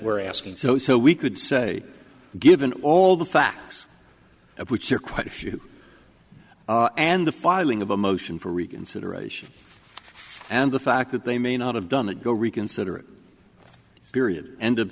we're asking so so we could say given all the facts of which are quite a few and the filing of a motion for reconsideration and the fact that they may not have done that go reconsider it period end